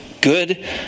good